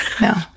no